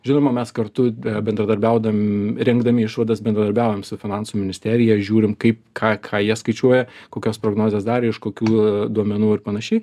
žinoma mes kartu bendradarbiauda rinkdami išvadas bendradarbiaujam su finansų ministerija žiūrim kaip ką ką jie skaičiuoja kokias prognozės darė iš kokių duomenų ir panašiai